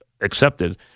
accepted